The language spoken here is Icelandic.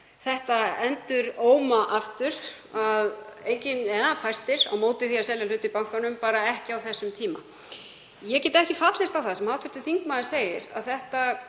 þetta enduróma aftur; fæstir hafa á móti því að selja hlut í bankanum, bara ekki á þessum tíma. Ég get ekki fallist á það sem hv. þingmaður segir, að þetta